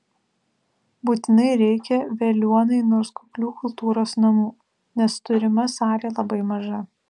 būtinai reikia veliuonai nors kuklių kultūros namų nes turima salė labai maža